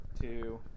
two